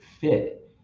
fit